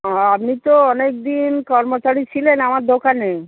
হ্যাঁ আপনি তো অনেক দিন কর্মচারী ছিলেন আমার দোকানে